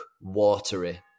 watery